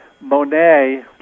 Monet